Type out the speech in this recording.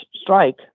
Strike